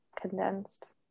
condensed